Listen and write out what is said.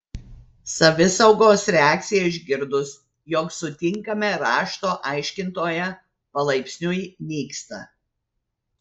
savisaugos reakcija išgirdus jog sutinkame rašto aiškintoją palaipsniui nyksta